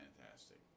fantastic